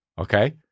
okay